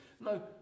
No